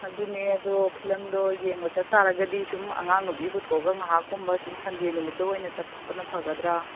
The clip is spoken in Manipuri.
ꯑꯗꯨꯅꯦ ꯑꯗꯣ ꯐꯤꯂꯝꯗꯣ ꯌꯦꯡꯕ ꯆꯠꯇꯥꯔꯒꯗꯤ ꯁꯨꯝ ꯑꯉꯥꯡ ꯅꯨꯄꯤ ꯄꯨꯊꯣꯛꯑꯒ ꯉꯥꯍꯥꯛꯀꯨꯝꯕ ꯁꯨꯝ ꯁꯟꯗꯦ ꯅꯨꯃꯤꯠꯇ ꯑꯣꯏꯅ ꯆꯠꯄꯅ ꯐꯒꯗ꯭ꯔ